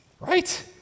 right